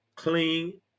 Clean